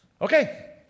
Okay